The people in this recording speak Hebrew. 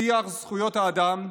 שיח זכויות האדם,